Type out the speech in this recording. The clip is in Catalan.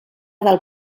del